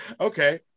Okay